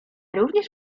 również